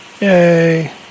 Yay